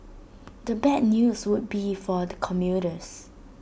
the bad news would be for the commuters